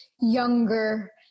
younger